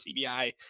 CBI